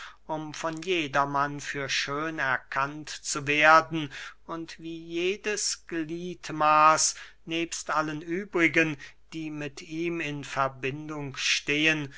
von jedermann für schön erkannt zu werden und wie jedes gliedmaß nebst allen übrigen die mit ihm in verbindung stehen